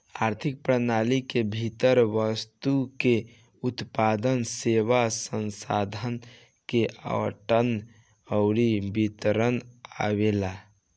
आर्थिक प्रणाली के भीतर वस्तु के उत्पादन, सेवा, संसाधन के आवंटन अउरी वितरण आवेला